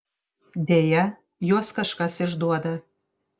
deja juos kažkas išduoda